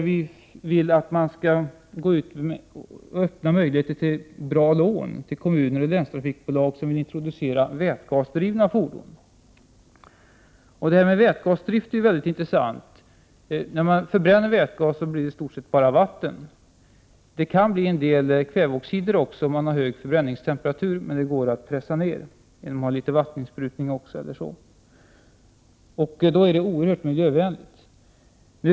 Vi vill att man skall öppna möjligheter till bra lån för kommuner och länstrafikbolag som vill introducera vätgasdrivna fordon. När man förbränner vätgas blir det i stort sett bara vatten kvar. Det kan bli en del kväveoxider också, om man har hög förbränningstemperatur, men den går att pressa ned t.ex. genom vatteninsprutning. Då är vätgasdrift oerhört miljövänlig.